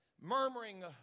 murmuring